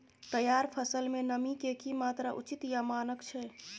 तैयार फसल में नमी के की मात्रा उचित या मानक छै?